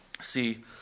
See